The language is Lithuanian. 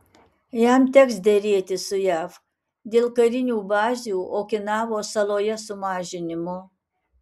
jam teks derėtis su jav dėl karinių bazių okinavos saloje sumažinimo